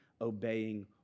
obeying